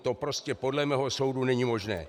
To prostě podle mého soudu není možné.